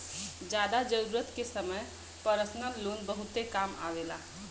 जादा जरूरत के समय परसनल लोन बहुते काम आवेला